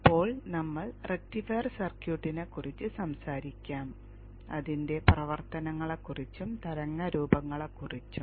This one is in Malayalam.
ഇപ്പോൾ നമ്മൾ റക്റ്റിഫയർ സർക്യൂട്ടിനെക്കുറിച്ച് സംസാരിക്കാം അതിന്റെ പ്രവർത്തനത്തെക്കുറിച്ചും തരംഗ രൂപങ്ങളെക്കുറിച്ചും